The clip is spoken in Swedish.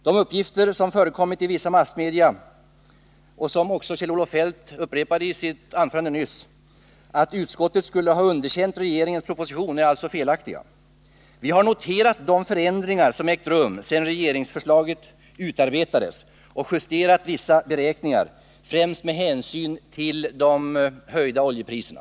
De uppgifter som förekommit i vissa massmedia och som Kjell-Olof Feldt upprepade i sitt anförande nyss att utskottet skulle ha underkänt regeringens proposition är alltså felaktiga. Vi har noterat de förändringar som ägt rum sedan regeringsförslaget utarbetades och justerat vissa beräkningar, främst med hänsyn till de höjda oljepriserna.